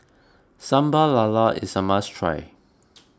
Sambal Lala is a must try